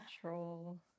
control